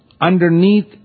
underneath